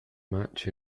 match